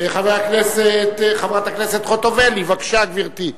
חברת הכנסת חוטובלי, בבקשה, גברתי.